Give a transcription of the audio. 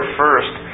first